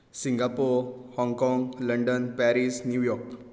Singapore Hong Kong London Paris New York